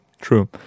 true